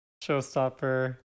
showstopper